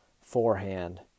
forehand